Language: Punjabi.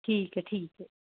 ਠੀਕ ਹੈ ਠੀਕ ਹੈ